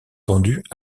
tendue